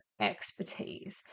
expertise